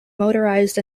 motorized